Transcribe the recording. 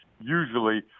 usually